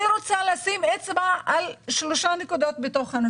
אני רוצה להתמקד בנושא של